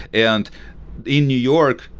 and in new york,